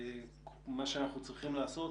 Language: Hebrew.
אנחנו צריכים לנסות